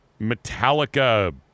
metallica